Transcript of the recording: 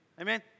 Amen